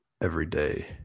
everyday